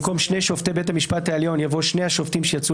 במקום "שני שופטי בית המשפט העליון" יבוא "שני השופטים שיצאו